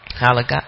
Hallelujah